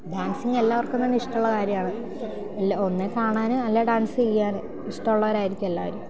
dancing എല്ലാവർക്കും തന്നെ ഇഷ്ടമുള്ള കാര്യമാണ് എല്ലാ ഒന്നു കാണാൻ അല്ലെങ്കിൽ ഡാൻസ് ചെയ്യാൻ ഇഷ്ടമുള്ളവരായിരിക്കും എല്ലാവരും